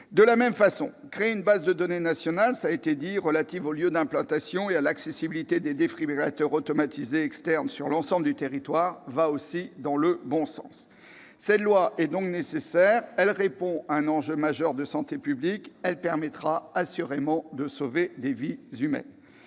De la même façon, créer une base de données nationale relative aux lieux d'implantation et à l'accessibilité des défibrillateurs automatisés externes sur l'ensemble du territoire va dans le bon sens. Cette loi est donc nécessaire ; elle répond à un enjeu majeur de santé publique et permettra assurément de sauver des vies humaines.